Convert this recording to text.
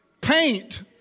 paint